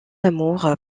amour